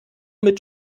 mit